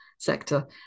sector